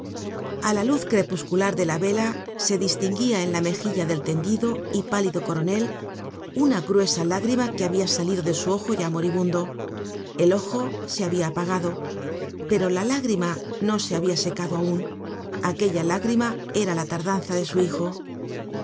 a la luz crepuscular de la vela se distinguia en la mejilla del tendido y pálido coronel una gruesa lágrima que habia salido de su ojo ya moribundo el ojo se habia apagado pero la lágrima no se habia secado aun aquella lágrima era la tardanza de su hijo